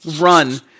run